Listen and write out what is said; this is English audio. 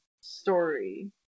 story